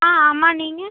ஆ ஆமாம் நீங்கள்